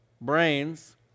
brains